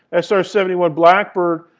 ah so seventy one blackbird.